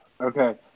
Okay